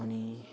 अनि